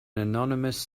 anonymous